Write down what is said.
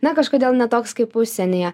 na kažkodėl ne toks kaip užsienyje